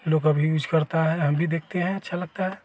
लोग अभी भी यूज करता हैं हम भी देखते हैं अच्छा लगता है